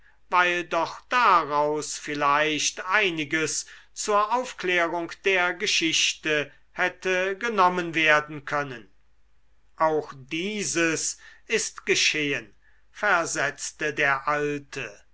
weil doch daraus vielleicht einiges zur aufklärung der geschichte hätte genommen werden können auch dieses ist geschehen versetzte der alte